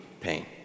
pain